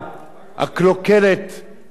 לצערי הרב, אדוני היושב-ראש,